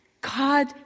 God